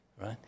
right